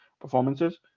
performances